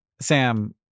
Sam